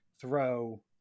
throw